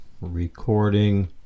recording